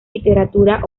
literatura